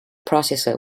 processor